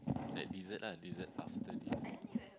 like dessert ah dessert after dinner